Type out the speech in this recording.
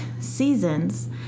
seasons